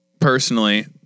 personally